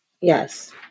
Yes